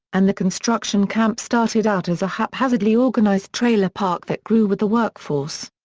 and the construction camp started out as a haphazardly organized trailer park that grew with the workforce.